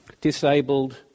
disabled